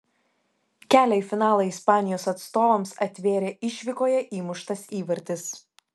kelią į finalą ispanijos atstovams atvėrė išvykoje įmuštas įvartis